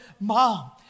mom